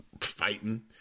fighting